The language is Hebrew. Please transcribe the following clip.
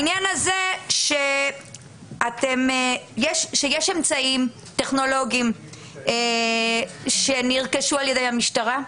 שיש אמצעים טכנולוגיים שנרכשו ע"י המשטרה,